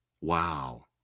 Wow